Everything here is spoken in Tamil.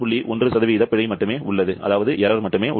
1 பிழை மட்டுமே உள்ளது